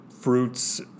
fruits